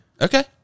Okay